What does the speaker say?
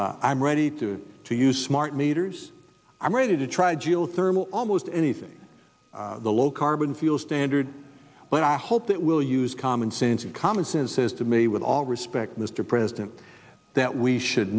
been i'm ready to to use smart meters i'm ready to try geothermal almost anything the low carbon fuel standard but i hope that we'll use common sense and common sense says to me with all respect mr president that we should